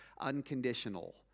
unconditional